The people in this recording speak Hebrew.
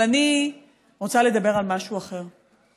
אבל אני רוצה לדבר על משהו אחר.